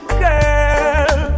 girl